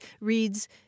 reads